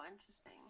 interesting